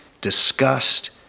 disgust